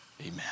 amen